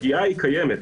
הפגיעה קיימת.